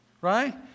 right